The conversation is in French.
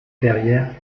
verrières